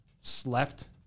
slept